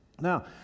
Now